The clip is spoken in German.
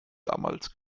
damals